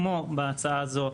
כמו בהצעה הזאת,